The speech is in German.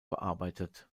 bearbeitet